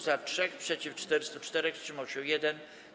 Za - 3, przeciw - 404, wstrzymał się 1.